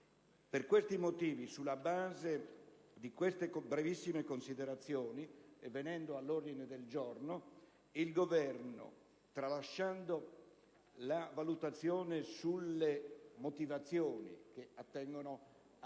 Per questi motivi, sulla base di queste brevissime considerazioni, venendo all'ordine del giorno, il Governo, tralasciando la valutazione sulle motivazioni, che attengono a